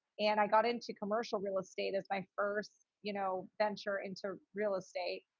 and i got into commercial real estate as my first, you know, venture into real estate.